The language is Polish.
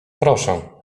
proszę